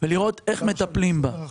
ולראות איך מטפלים בה.